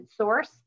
source